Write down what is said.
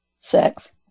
Sex